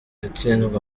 yatsinzwe